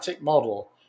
Model